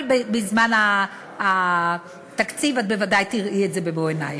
אבל בזמן התקציב את בוודאי תראי את זה במו-עינייך.